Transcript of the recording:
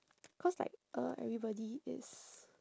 cause like uh everybody is